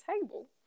table